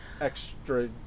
extra